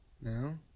No